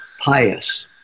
Pious